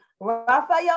Raphael